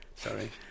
Sorry